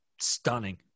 stunning